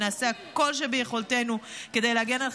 ונעשה כל שביכולתנו כדי להגן עליכם.